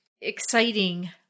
exciting